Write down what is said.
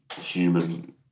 human